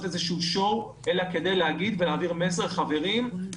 איזה שואו אלא כדי להעביר מסר: חברים,